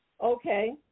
Okay